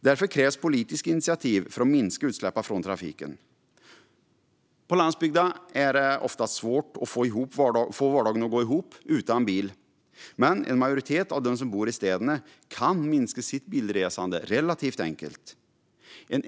Därför krävs politiska initiativ för att minska utsläppen från trafiken. På landsbygden är det ofta svårt att få vardagen att gå ihop utan bil, men en majoritet av dem som bor i städerna kan minska sitt bilresande relativt enkelt.